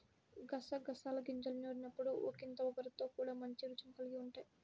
గసగసాల గింజల్ని నూరినప్పుడు ఒకింత ఒగరుతో కూడి మంచి రుచిని కల్గి ఉంటయ్